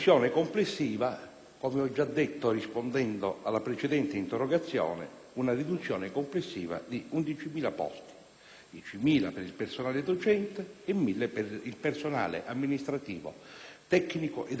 come ho già detto rispondendo alla precedente interrogazione - di 11.000 posti (10.000 per il personale docente e 1.000 per il personale amministrativo, tecnico ed ausiliario).